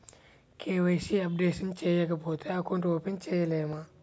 KYC updation చేయకపోతే account open చేయలేమా?